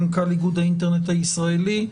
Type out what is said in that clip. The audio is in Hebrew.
מנכ"ל איגוד האינטרנט הישראלי,